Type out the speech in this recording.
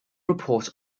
report